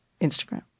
Instagram